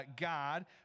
God